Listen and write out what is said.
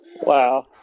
Wow